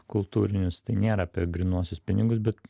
kultūrinius tai nėra apie grynuosius pinigus bet